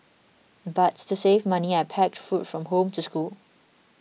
but to save money I packed food from home to school